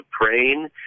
praying